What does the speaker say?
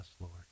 Lord